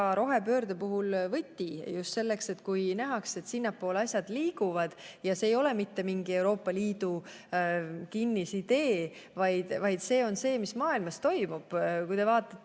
rohepöörde puhul võti just selleks, et tuleb näha, et sinnapoole asjad liiguvad, ja see ei ole mitte mingi Euroopa Liidu kinnisidee, vaid see toimub kogu maailmas. Kui te vaatate